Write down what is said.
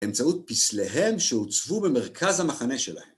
אמצעות פסליהם שעוצבו במרכז המחנה שלה.